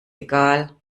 egal